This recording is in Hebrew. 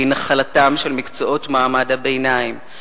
והיא נחלתם של מקצועות מעמד הביניים,